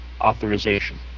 authorization